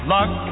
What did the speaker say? Luck